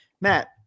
Matt